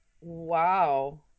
Wow